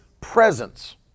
presence